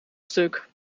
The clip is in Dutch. stuk